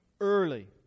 early